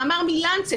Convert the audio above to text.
מאמר מ-לנצט,